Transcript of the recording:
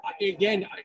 again